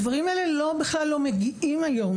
אבל הדברים האלה בכלל לא מגיעים היום